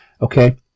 Okay